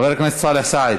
חבר הכנסת סאלח סעד,